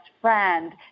friend